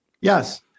Yes